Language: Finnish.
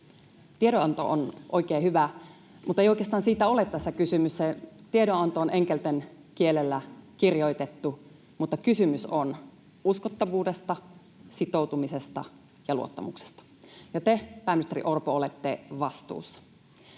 Tiedonanto on oikein hyvä, muttei tässä oikeastaan siitä ole kysymys. Tiedonanto on enkelten kielellä kirjoitettu, mutta kysymys on uskottavuudesta, sitoutumisesta ja luottamuksesta. Ja te, pääministeri Orpo, olette vastuussa.